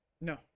No